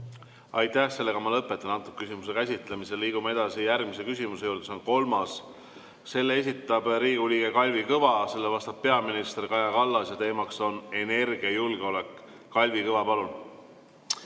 Aitäh! Ma lõpetan selle küsimuse käsitlemise. Liigume edasi järgmise küsimuse juurde, see on kolmas. Selle esitab Riigikogu liige Kalvi Kõva, sellele vastab peaminister Kaja Kallas ja teema on energiajulgeolek. Kalvi Kõva, palun!